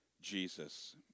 Jesus